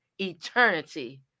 eternity